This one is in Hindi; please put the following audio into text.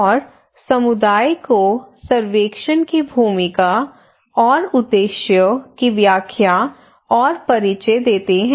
और समुदाय को सर्वेक्षण की भूमिका और उद्देश्य की व्याख्या और परिचय देते हैं